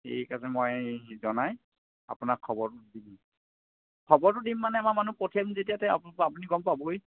ঠিক আছে মই জনাই আপোনাক খবৰটো দি দিম খবৰটো দিম মানে আমাৰ মানুহ পঠিয়াই দিম যেতিয়া আপুনি গম পাবই